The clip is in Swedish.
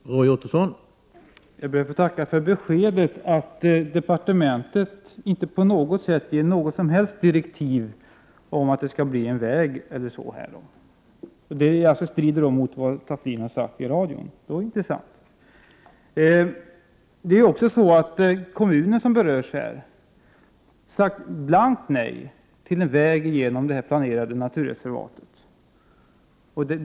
Herr talman! Jag ber att få tacka för beskedet att departementet inte har gett något som helst direktiv om att det skall byggas en väg. Det strider mot vad Bengt Taflin har sagt i ett uttalande i lokalradion — och det är intressant. I den kommun som berörs har man sagt blankt nej till en väg genom det planerade naturreservatet.